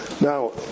now